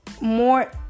more